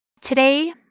Today